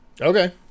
Okay